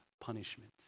punishment